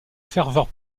ferveur